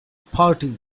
party